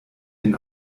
den